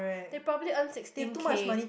they probably earn sixteen K